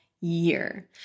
year